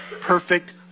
perfect